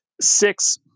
six